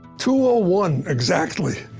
two ah one exactly,